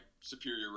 superior